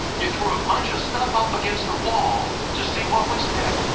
you threw a bunch of stuff up against the wall to see what would stick.